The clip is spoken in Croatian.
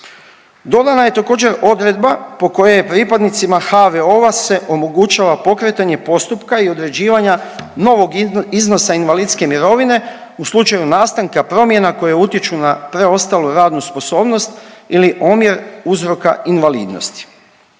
Dodana je također, odredba po kojoj pripadnicima HVO-a se omogućava pokretanje postupka i određivanja novog iznosa invalidske mirovine u slučaju nastanka promjena koje utječu na preostalu radnu sposobnost ili omjer uzroka invalidnosti.